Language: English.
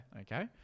Okay